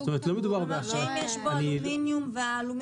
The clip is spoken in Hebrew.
זאת אומרת אם יש בו אלומיניום ואלומיניום